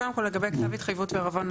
קודם כל לגבי כתב התחייבות ועירבון,